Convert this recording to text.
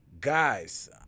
Guys